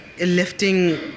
lifting